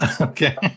Okay